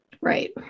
right